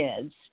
kids